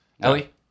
Ellie